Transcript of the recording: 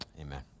Amen